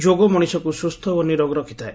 ଯୋଗ ମଣିଷକୁ ସ୍ବସ୍ସ ଓ ନିରୋଗୀ ରଖିଥାଏ